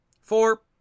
Four